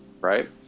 right